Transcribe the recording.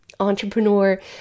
entrepreneur